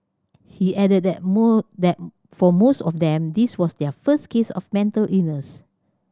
he added that more that for most of them this was their first case of mental illness